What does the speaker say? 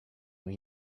will